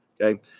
Okay